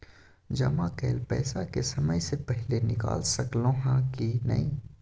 जमा कैल पैसा के समय से पहिले निकाल सकलौं ह की नय?